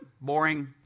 Boring